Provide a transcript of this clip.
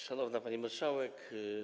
Szanowna Pani Marszałek!